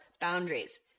boundaries